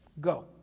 Go